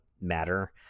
matter